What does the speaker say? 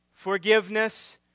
Forgiveness